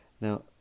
Now